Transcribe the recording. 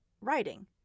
writing